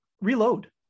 reload